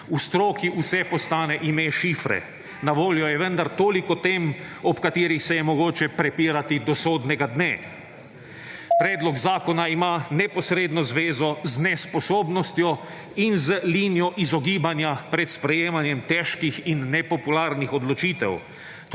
V stroki vse postane ime šifre. Na voljo je vendar toliko tem, ob katerih se je mogoče prepirati do sodnega dne. Predlog zakona ima neposredno zvezo z nesposobnostjo in z linijo izogibanja pred sprejemanjem težkih in nepopularnih odločitev,